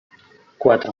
cuatro